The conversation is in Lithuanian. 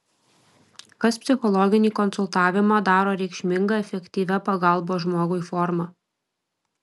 kas psichologinį konsultavimą daro reikšminga efektyvia pagalbos žmogui forma